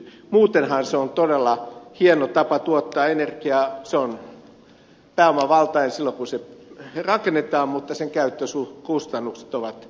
muutenhan se on todella hieno tapa tuottaa energiaa se on pääomavaltainen silloin kun se rakennetaan mutta sen käyttökustannukset ovat nolla